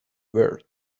verde